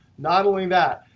not only that,